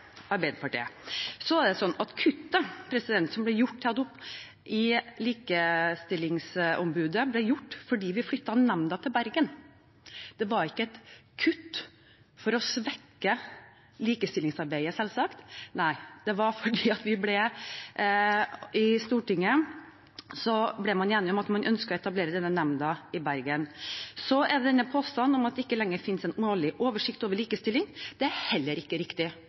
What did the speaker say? Arbeiderpartiet. Kuttet som ble gjort i Likestillingsombudet, ble gjort fordi vi flyttet nemnda til Bergen. Det var ikke et kutt for å svekke likestillingsarbeidet, selvsagt. Det var fordi man i Stortinget ble enige om at man ønsket å etablere denne nemnda i Bergen. Påstanden om at det ikke lenger finnes en årlig oversikt over likestilling, er heller ikke riktig.